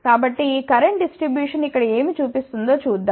కాబట్టి ఈ current distribution ఇక్కడ ఏమి చూపిస్తుందో చూద్దాం